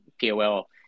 POL